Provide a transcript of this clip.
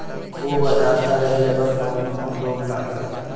खुब आद्रता रहले पर कौन कौन रोग लागेला?